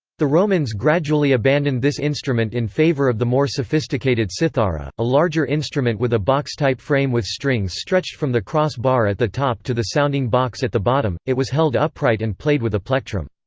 the romans gradually abandoned this instrument in favour of the more sophisticated cithara, a larger instrument with a box-type frame with strings stretched from the cross-bar at the top to the sounding box at the bottom it was held upright and played with a plectrum.